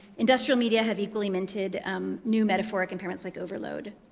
industrial media have equally minted um new metaphoric impairments, like overload.